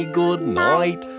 goodnight